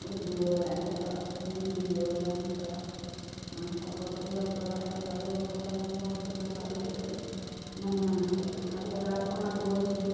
उर्दुओ लाइनसँ हिन्दियो लाइनसँ मास्टरोके दुआरिओ पर रखऽ तब एगो बच्चा पर पाँच सए टका लै छै महिनाके आब जकरा पाँच गो छै